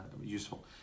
useful